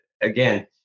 again